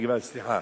סליחה.